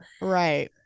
right